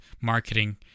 marketing